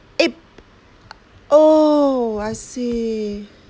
eh oh I see